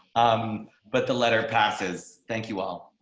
um but the letter passes. thank you. well,